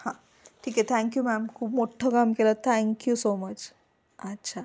हां ठीक आहे थँक्यू मॅम खूप मोठ्ठं काम केलंत थँक्यू सो मच अच्छा